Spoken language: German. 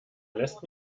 lässt